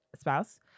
spouse